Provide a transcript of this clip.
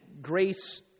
grace